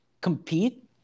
compete